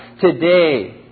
today